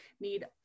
need